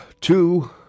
Two